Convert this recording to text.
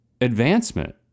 advancement